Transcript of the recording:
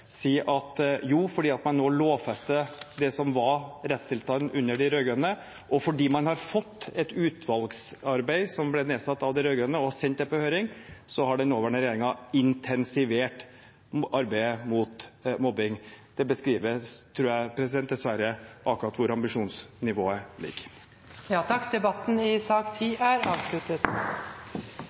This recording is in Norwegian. si at jo, fordi man nå lovfester det som var rettstilstanden under de rød-grønne, og fordi man har fått et arbeid fra et utvalg som ble nedsatt av de rød-grønne og sendt det på høring, så har den nåværende regjeringen intensivert arbeidet mot mobbing. Det beskriver – tror jeg, dessverre – akkurat hvor ambisjonsnivået ligger. Flere har ikke bedt om ordet til sak